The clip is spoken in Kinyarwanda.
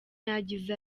yagize